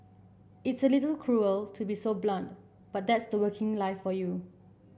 it's a little cruel to be so blunt but that's the working life for you